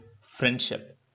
friendship